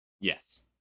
Yes